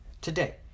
Today